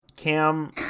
Cam